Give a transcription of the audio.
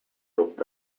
rope